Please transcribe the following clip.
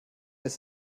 ist